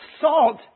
Salt